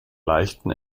leichten